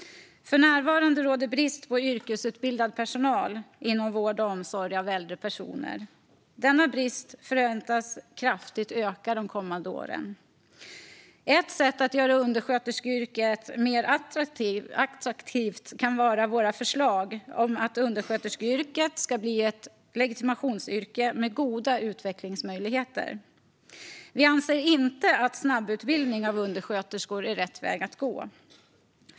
För närvarande råder det brist på yrkesutbildad personal inom vård och omsorg av äldre personer. Denna brist förväntas kraftigt öka de kommande åren. Ett sätt att göra undersköterskeyrket mer attraktivt kan vara våra förslag om att undersköterskeyrket ska bli ett legitimationsyrke med goda utvecklingsmöjligheter. Vi anser inte att snabbutbildning av undersköterskor är rätt väg att gå.